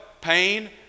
pain